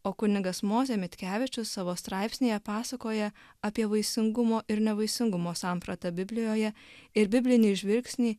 o kunigas mozė mitkevičius savo straipsnyje pasakoja apie vaisingumo ir nevaisingumo sampratą biblijoje ir biblinį žvilgsnį